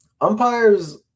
umpires